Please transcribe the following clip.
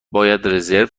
رزرو